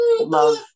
love